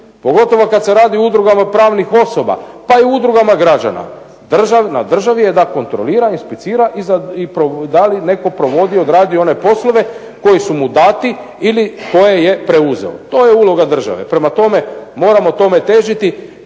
pogotovo kada se radi o udrugama pravnih osoba pa i udrugama građana. na državi je da kontrolira inspicira i da li netko provodi i odradi one poslove koji su mu dati ili koje je preuzeo. To je uloga države. Prema tome, moramo tome težiti